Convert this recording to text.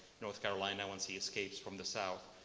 north carolina once he escapes from the south.